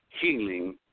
healing